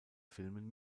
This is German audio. filmen